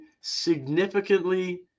significantly –